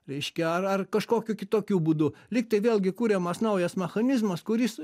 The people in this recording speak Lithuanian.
reiškia ar ar kažkokiu kitokiu būdu lyg tai vėlgi kuriamas naujas mechanizmas kuris